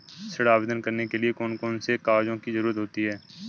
ऋण आवेदन करने के लिए कौन कौन से कागजों की जरूरत होती है?